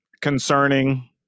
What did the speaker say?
concerning